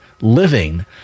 living